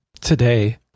today